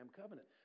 covenant